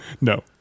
No